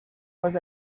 was